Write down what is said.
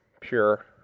pure